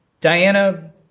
Diana